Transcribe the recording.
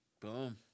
Boom